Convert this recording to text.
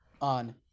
on